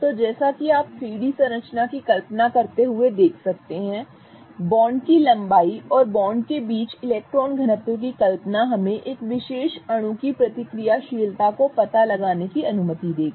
तो जैसा कि आप 3 डी संरचना की कल्पना करते हुए देख सकते हैं बॉन्ड की लंबाई और बॉन्ड के बीच इलेक्ट्रॉन घनत्व की कल्पना हमें एक विशेष अणु की प्रतिक्रियाशीलता को पता लगाने की अनुमति देगा